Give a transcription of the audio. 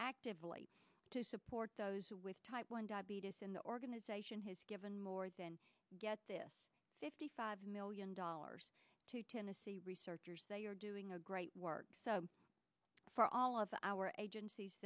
actively to support those with type one diabetes in the organization has given more than get this fifty five million dollars to tennessee researchers they are doing a great work so for all of our agencies